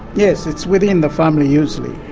yes, it's within the family usually,